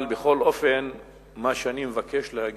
אבל אני מבקש להגיד,